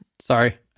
Sorry